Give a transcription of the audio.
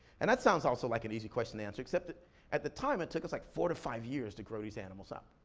and that sounds also like an easy question to answer except that at the time, it took us like four to five years to grow these animals up.